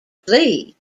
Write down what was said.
pleased